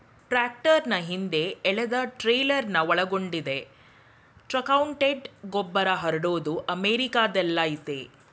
ಟ್ರಾಕ್ಟರ್ನ ಹಿಂದೆ ಎಳೆದಟ್ರೇಲರ್ನ ಒಳಗೊಂಡಿದೆ ಟ್ರಕ್ಮೌಂಟೆಡ್ ಗೊಬ್ಬರಹರಡೋದು ಅಮೆರಿಕಾದಲ್ಲಯತೆ